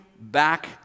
back